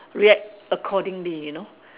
react accordingly you know